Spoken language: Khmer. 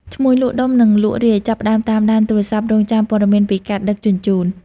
ឈ្មួញលក់ដុំនិងលក់រាយចាប់ផ្តើមតាមដានទូរស័ព្ទរង់ចាំព័ត៌មានពីការដឹកជញ្ជូន។